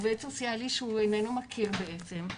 עובד סוציאלי שהוא איננו מכיר בעצם,